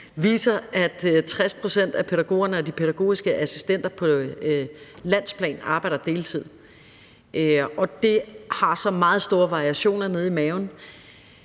vist, at 60 pct. af pædagogerne og de pædagogiske assistenter på landsplan arbejder på deltid. Og det har så meget store variationer i sig.